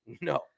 No